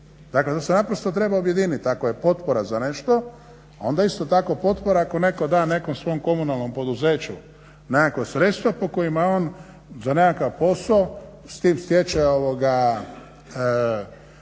Dakle da se treba objediniti, ako je potpora za nešto onda je isto tak potpora ako netko da nekom svom komunalnom poduzeću nekakva sredstva po kojima on za nekakav posao s tim stječe